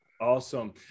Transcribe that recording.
Awesome